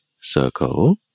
circle